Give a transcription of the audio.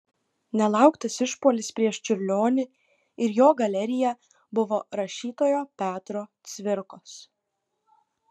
nelauktas išpuolis prieš čiurlionį ir jo galeriją buvo rašytojo petro cvirkos